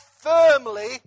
firmly